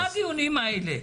מה הדיונים האלה?